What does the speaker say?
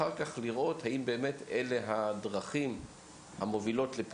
יש הצעה מוכנה, אם תרצה אני אעביר לך.